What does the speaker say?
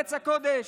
בארץ הקודש,